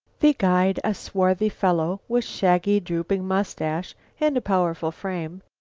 the guide, a swarthy fellow, with shaggy, drooping moustache and a powerful frame,